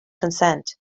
consent